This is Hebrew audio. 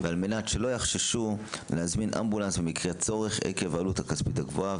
ועל מנת שלא יחששו להזמין אמבולנס במקרה הצורך עקב העלות הכספית הגבוהה.